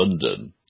London